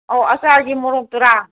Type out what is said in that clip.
ꯑꯧ ꯑꯆꯥꯔꯒꯤ ꯃꯣꯔꯣꯛꯇꯨꯔ